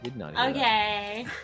Okay